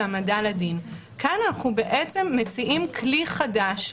העמדה לדין." כאן אנחנו מציעים כלי חדש,